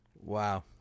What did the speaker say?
Wow